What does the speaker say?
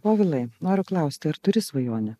povilai noriu klausti ar turi svajonę